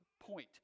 point